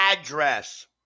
Address